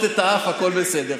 חוץ מלכסות את האף הכול בסדר.